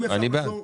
אני בעד.